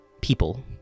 people